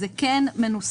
זה כן מנוסח,